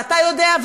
ואתה יודע,